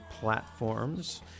platforms